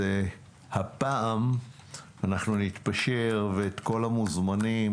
הפעם אנחנו נתפשר ולגבי כל המוזמנים,